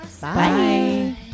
Bye